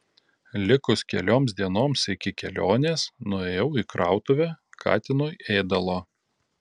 likus kelioms dienoms iki kelionės nuėjau į krautuvę katinui ėdalo